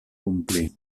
complir